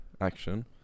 action